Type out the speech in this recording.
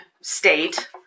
state